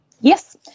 yes